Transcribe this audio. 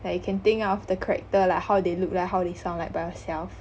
like you can think of the character like how they look like how they sound like by yourself